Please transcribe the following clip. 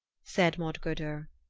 said modgudur.